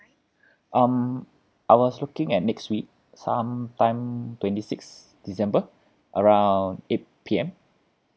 um I was looking at next week some time twenty sixth december around eight P_M